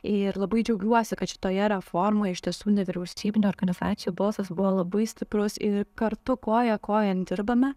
ir labai džiaugiuosi kad šitoje reformoje iš tiesų nevyriausybinių organizacijų balsas buvo labai stiprus ir kartu koja kojon dirbame